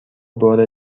بار